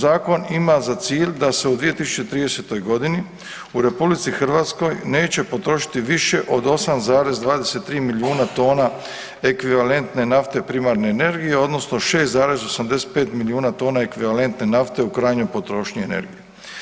Zakon, zakon ima za cilj da se u 2030.-toj godini u RH neće potrošiti više od 8,23 miliona tona ekvivalentne nafte primarne energije odnosno 6,85 milijuna tona ekvivalentne nafte u krajnjoj potrošnji energije.